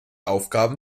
aufgaben